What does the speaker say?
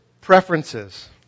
preferences